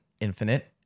infinite